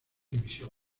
división